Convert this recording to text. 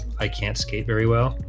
i can't skate very well